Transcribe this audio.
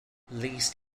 least